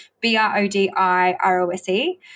B-R-O-D-I-R-O-S-E